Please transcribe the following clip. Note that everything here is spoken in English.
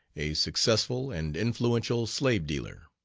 a successful and influential slave-dealer.